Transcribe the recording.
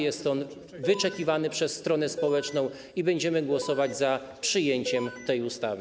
Jest on wyczekiwany przez stronę społeczną i będziemy głosować za przyjęciem tej ustawy.